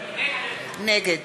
נגד